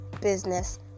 business